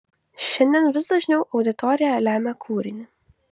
šiandien vis dažniau auditorija lemia kūrinį